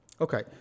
Okay